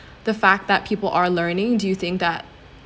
the fact that people are learning do you think that